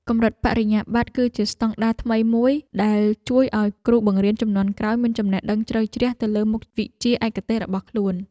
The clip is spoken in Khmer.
កម្រិតបរិញ្ញាបត្រគឺជាស្តង់ដារថ្មីមួយដែលជួយឱ្យគ្រូបង្រៀនជំនាន់ក្រោយមានចំណេះដឹងជ្រៅជ្រះទៅលើមុខវិជ្ជាឯកទេសរបស់ខ្លួន។